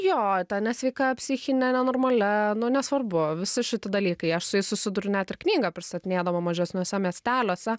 jo ta nesveika psichine nenormalia nu nesvarbu visi šiti dalykai aš su jais susiduriu net ir knygą pristatinėdama mažesniuose miesteliuose